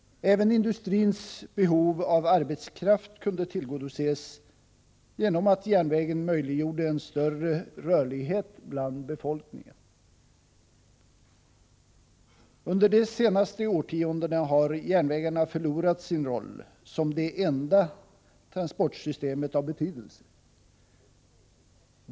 Även industrins behov av arbetskraft kunde tillgodoses genom att järnvägen möjliggjorde en större rörlighet bland befolkningen. Under de senaste årtiondena har järnvägarna förlorat sin roll som det enda transportsystemet av betydelse.